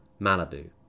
Malibu